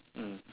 mm